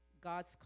God's